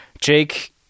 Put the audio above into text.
jake